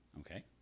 Okay